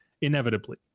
inevitably